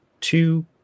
two